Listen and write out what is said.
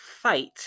fight